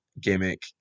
gimmick